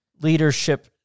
Leadership